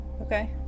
Okay